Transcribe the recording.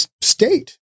state